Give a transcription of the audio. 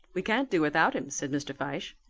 we can't do without him, said mr. fyshe,